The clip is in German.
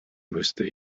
müsste